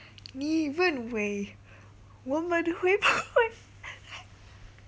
你认为我们会不会